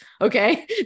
Okay